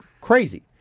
Crazy